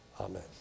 Amen